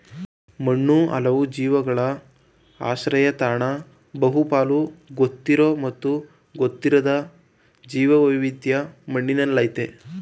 ಮಣ್ಣು ಹಲವು ಜೀವಿಗಳ ಆಶ್ರಯತಾಣ ಬಹುಪಾಲು ಗೊತ್ತಿರೋ ಮತ್ತು ಗೊತ್ತಿರದ ಜೀವವೈವಿಧ್ಯ ಮಣ್ಣಿನಲ್ಲಯ್ತೆ